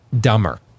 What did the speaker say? dumber